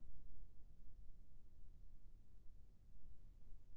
आदा के फसल बर कतक बार जोताई करे बर लगथे?